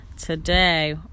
today